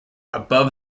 above